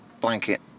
blanket